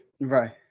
Right